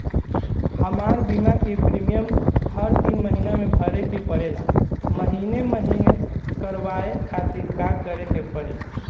हमार बीमा के प्रीमियम हर तीन महिना में भरे के पड़ेला महीने महीने करवाए खातिर का करे के पड़ी?